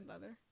leather